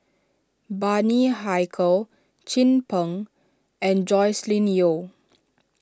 Bani Haykal Chin Peng and Joscelin Yeo